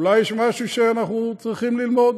אולי יש משהו שאנחנו צריכים ללמוד.